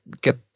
get